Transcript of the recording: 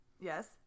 Yes